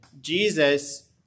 Jesus